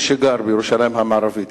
מי שגר בירושלים המערבית,